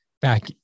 back